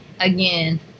again